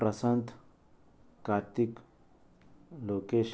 Prashanth Karthik Lokesh